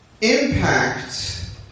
Impact